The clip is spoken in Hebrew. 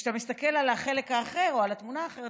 וכשאתה מסתכל על החלק האחר או על התמונה האחרת